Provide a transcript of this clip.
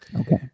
Okay